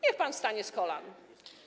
Niech pan wstanie z kolan.